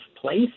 place